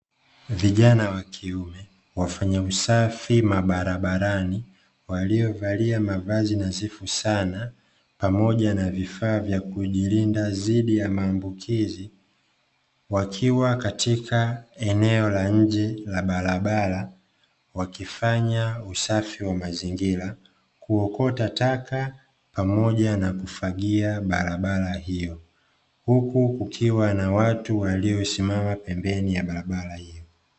Vijana wa kiume wafanya usafi mabarabarni waliovalia mavazi nadhifu sana pamoja na vifaa vya kujilinda dhidi ya maambukizi wakiwa katika eneo la nje la bara bara wakifanya usafi wa mazingira kuokota taka pamoja na kufagia barabara hiyo, huku kukiwa na watu waliosimama pembeni ya barabara hiyo.